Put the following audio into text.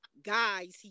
guys